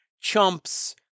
chumps